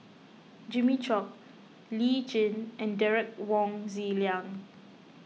Jimmy Chok Lee Tjin and Derek Wong Zi Liang